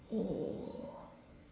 oh